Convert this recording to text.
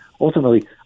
ultimately